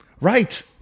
Right